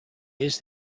years